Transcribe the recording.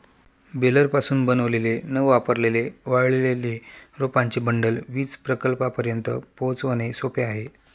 बेलरपासून बनवलेले न वापरलेले वाळलेले रोपांचे बंडल वीज प्रकल्पांपर्यंत पोहोचवणे सोपे आहे